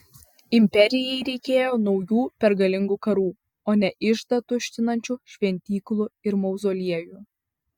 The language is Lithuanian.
imperijai reikėjo naujų pergalingų karų o ne iždą tuštinančių šventyklų ir mauzoliejų